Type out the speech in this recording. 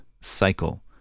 cycle